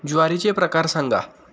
ज्वारीचे प्रकार सांगा